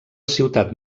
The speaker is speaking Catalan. ciutat